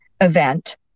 event